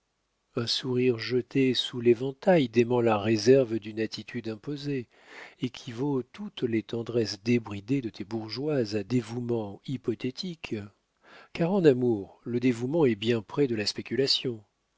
un sourire jeté sous l'éventail dément la réserve d'une attitude imposée et qui vaut toutes les tendresses débridées de tes bourgeoises à dévouement hypothétique car en amour le dévouement est bien près de la spéculation